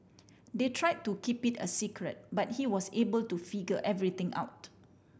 they try to keep it a secret but he was able to figure everything out